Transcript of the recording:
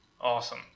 awesome